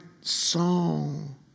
song